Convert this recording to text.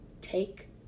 take